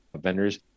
vendors